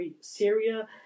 Syria